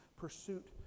pursuit